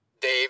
Dave